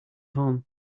home